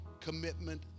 commitment